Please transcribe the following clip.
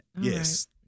Yes